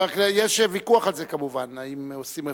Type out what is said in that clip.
יש על זה ויכוח, כמובן, אם עושים רפורמה.